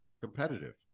competitive